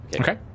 okay